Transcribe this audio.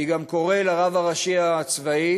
אני גם קורא לרב הראשי הצבאי,